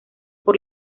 por